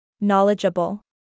knowledgeable